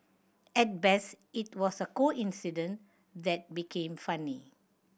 at best it was a coincidence that became funny